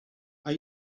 are